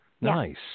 nice